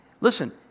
Listen